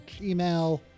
Gmail